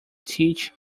teach